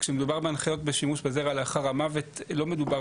כשמדובר בהנחיות בשימוש בזרע לאחר המוות לא מדובר